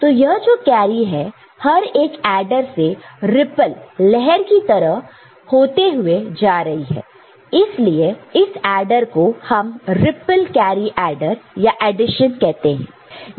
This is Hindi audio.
तो यह जो कैरी है हर एक एडर से रिप्पल लहर की तरह की तरह होते हुए जा रही है इसलिए इस एडर को हम रिप्पल कैरी एडर या एडिशन कहते हैं